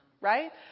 Right